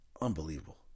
Unbelievable